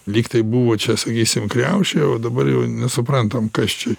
lyg tai buvo čia sakysim kriaušė o dabar jau nesuprantam kas čia